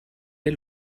der